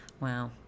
wow